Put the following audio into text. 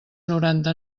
noranta